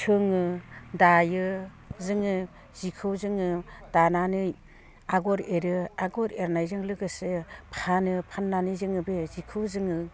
सोङो दायो जोङो जिखौ जोङो दानानै आगर एरो आगर एरनायजों लोगोसे फानो फाननानै जों बे जिखौ जोङो